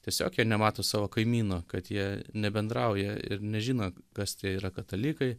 tiesiog jie nemato savo kaimyno kad jie nebendrauja ir nežino kas tie yra katalikai